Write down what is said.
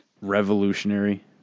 revolutionary